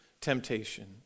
temptation